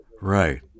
right